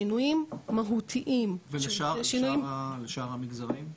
ולשאר המגזרים?